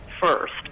first